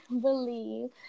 believe